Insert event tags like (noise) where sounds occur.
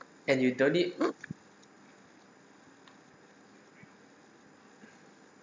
and you don't need (noise)